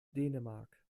dänemark